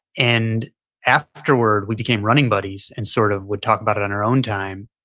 and afterward we became running buddies and sort of would talk about it on our own time.